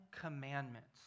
Commandments